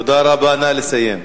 תודה רבה, נא לסיים.